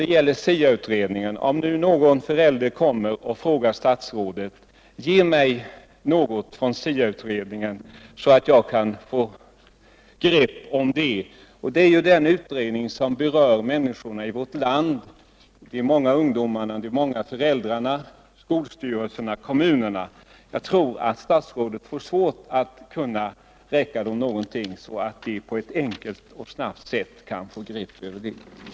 Det gäller SIA-utredningen Det är ju en utredning som berör de flesta människor i vårt land — de många ungdomarna och de många föräldrarna, skolstyrelserna och kommunerna. Om någon förälder kommer och uppmanar statsrådet: Ge mig litet information från SIA-utredningen, så att jag kan få ett grepp om innehållet, tror jag statsrådet får svårt att kunna räcka dem någonting så att de på ett enkelt och snabbt sätt kan få grepp över innehållet.